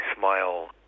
smile